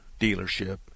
dealership